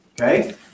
Okay